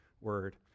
word